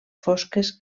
fosques